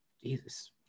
Jesus